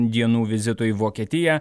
dienų vizitui į vokietiją